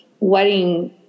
wedding